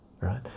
right